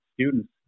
students